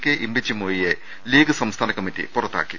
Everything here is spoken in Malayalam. കെ ഇമ്പിച്ചിമോയിയെ ലീഗ് സംസ്ഥാന കമ്മിറ്റി പുറ ത്താക്കി